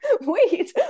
wait